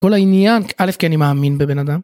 כל העניין אלף כי אני מאמין בבן אדם.